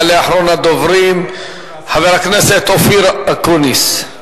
יעלה אחרון הדוברים, חבר הכנסת אופיר אקוניס.